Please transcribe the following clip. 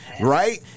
Right